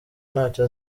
ntacyo